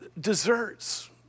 Desserts